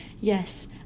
Yes